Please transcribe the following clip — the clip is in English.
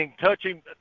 touching